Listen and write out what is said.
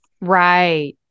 Right